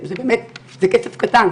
זה באמת כסף קטן.